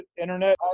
internet